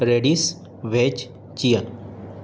radish veg chia